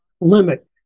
limit